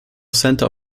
center